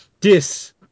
Dis